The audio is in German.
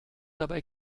dabei